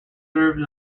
serves